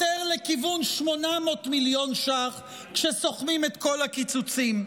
יותר לכיוון 800 מיליון ש"ח כשסוכמים את כל הקיצוצים.